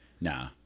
Nah